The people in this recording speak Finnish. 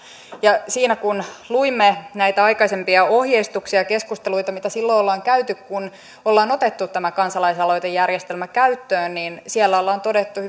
siinä kun luimme näitä aikaisempia ohjeistuksia ja keskusteluita mitä silloin ollaan käyty kun ollaan otettu tämä kansalaisaloitejärjestelmä käyttöön niin siellä ollaan todettu